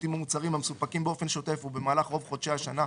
שירותים או מוצרים המסופקים באופן שוטף ובמהלך רוב חודשי השנה,